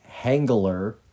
Hangler